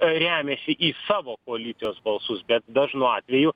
remiasi į savo koalicijos balsus bet dažnu atveju